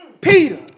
Peter